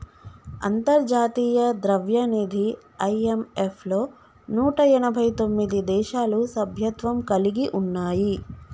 అంతర్జాతీయ ద్రవ్యనిధి ఐ.ఎం.ఎఫ్ లో నూట ఎనభై తొమ్మిది దేశాలు సభ్యత్వం కలిగి ఉన్నాయి